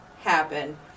happen